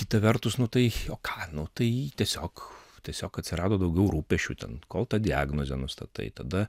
kita vertus nu tai o ką nu tai tiesiog tiesiog atsirado daugiau rūpesčių ten kol tą diagnozę nustatai tada